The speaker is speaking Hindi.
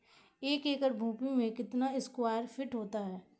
एक एकड़ भूमि में कितने स्क्वायर फिट होते हैं?